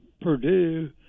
Purdue